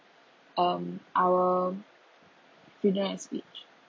um our freedom of speech